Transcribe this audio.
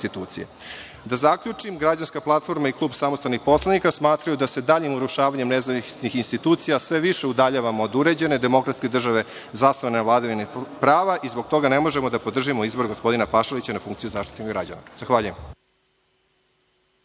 zaključim, Građanska platforma i Klub samostalnih poslanika smatraju da se daljim urušavanjem nezavisnih institucija sve više udaljavamo od uređene demokratske države zasnovane na vladavini prava i zbog toga ne možemo da podržimo izbor gospodina Pašalića na funkciju Zaštitnika građana. Zahvaljujem.